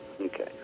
Okay